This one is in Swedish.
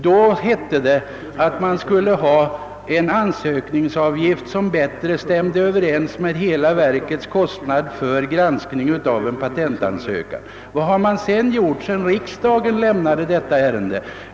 Då hette det att man skulle ha en ansökningsavgift som bättre stämde överens med hela verkets kostnad för granskningen av en patentansökan. Vad har man då gjort sedan riksdagen lämnade ärendet?